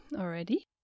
already